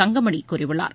தங்கமணி கூறியுள்ளார்